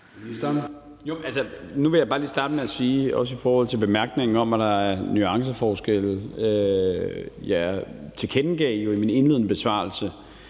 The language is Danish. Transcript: nu vil jeg bare lige bare starte med at sige, også i forhold til bemærkningen om, at der er nuanceforskelle, at jeg jo i min indledende besvarelse